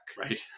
right